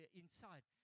inside